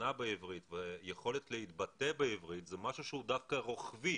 והבנה בעברית ויכולת להתבטא בעברית זה משהו שהוא דווקא רוחבי